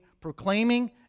proclaiming